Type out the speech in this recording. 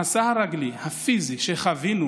המסע הרגלי, הפיזי, שחווינו